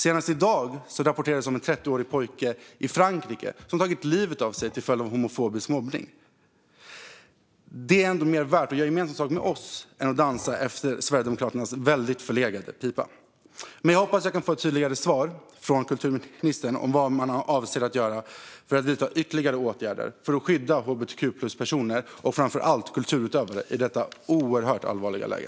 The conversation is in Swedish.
Senast i dag rapporterades det om en 13-årig pojke i Frankrike som tagit livet av sig till följd av homofobisk mobbning. Det är ändå mer värt att göra gemensam sak med oss än att dansa efter Sverigedemokraternas väldigt förlegade pipa. Jag hoppas att jag kan få ett tydligare svar från kulturministern om vad man avser att göra för att vidta ytterligare åtgärder för att skydda hbtq-plus-personer och framför allt kulturutövare i detta oerhört allvarliga läge.